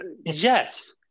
yes